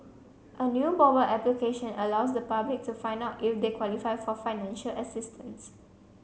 a new mobile application allows the public to find out if they qualify for financial assistance